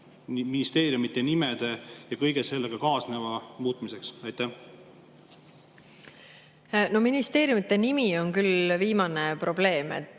ministeeriumide nimede ja kõige sellega kaasneva muutmiseks. Ministeeriumi nimi on küll viimane probleem.